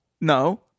No